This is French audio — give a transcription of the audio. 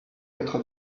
votre